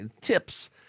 tips